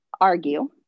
argue